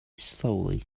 slowly